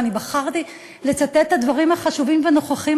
אני בחרתי לצטט את הדברים החשובים והנכוחים